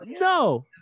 No